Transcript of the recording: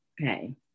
okay